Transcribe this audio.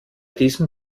diesem